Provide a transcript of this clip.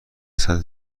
سطح